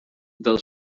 del